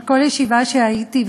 אבל בכל ישיבה שהייתי,